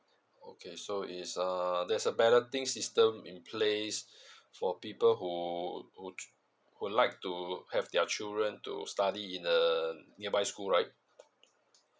okay so is a there's a balloting system in place for people who would would like to have their children to study in the nearby school right